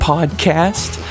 Podcast